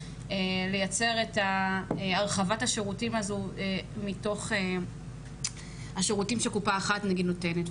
לייצר את הרחבת השירותים הזו מתוך השירותים שקופה אחת נותנת.